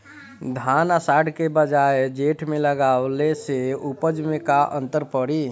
धान आषाढ़ के बजाय जेठ में लगावले से उपज में का अन्तर पड़ी?